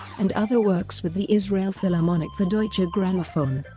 and other works with the israel philharmonic for deutsche grammophon.